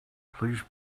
please